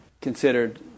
considered